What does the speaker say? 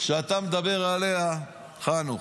שאתה מדבר עליה, חנוך.